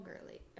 girly